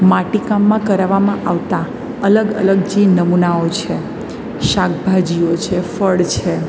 માટીકામમાં કરાવામાં આવતા અલગ અલગ જે નમુનાઓ છે શાકભાજીઓ છે ફળ છે